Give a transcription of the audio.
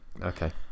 Okay